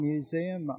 Museum